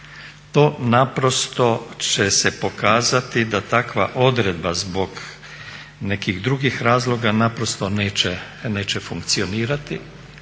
To naprosto će se pokazati da takva odredba zbog nekih drugih razloga naprosto neće funkcionirati.